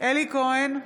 אלי כהן,